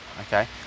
okay